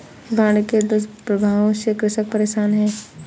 बाढ़ के दुष्प्रभावों से कृषक परेशान है